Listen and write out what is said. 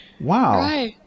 Wow